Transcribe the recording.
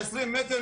עשרים מטר,